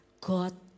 God